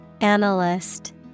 Analyst